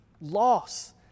loss